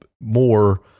more